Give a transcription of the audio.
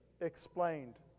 explained